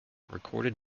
recorded